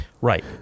Right